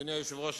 אדוני היושב-ראש,